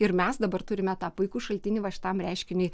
ir mes dabar turime tą puikų šaltinį va šitam reiškiniui